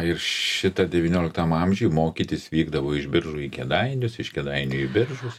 ir šitą devynioliktam amžiuj mokytis vykdavo iš biržų į kėdainius iš kėdainių į biržus